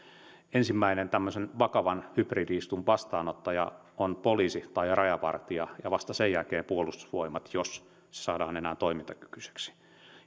ensimmäinen tämmöisen vakavan hybridi iskun vastaanottaja on poliisi tai rajavartija ja vasta sen jälkeen puolustusvoimat jos ne saadaan enää toimintakykyiseksi